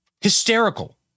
hysterical